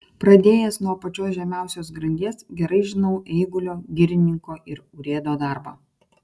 pradėjęs nuo pačios žemiausios grandies gerai žinau eigulio girininko ir urėdo darbą